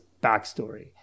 backstory